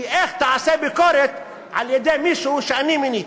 כי איך תיעשה ביקורת על-ידי מישהו שאני מיניתי?